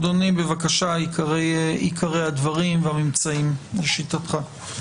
אדוני, בבקשה, עיקרי הדברים והממצאים לשיטתך.